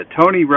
Tony